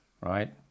right